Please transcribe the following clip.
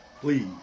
please